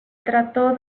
trató